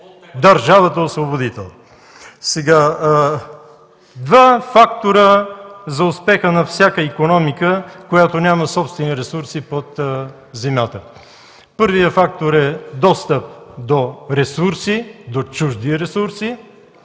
държавата-освободителка!? Два фактора за успеха на всяка икономика, която няма собствени ресурси под земята. Първият фактор е достъп до ресурси, до чужди ресурси,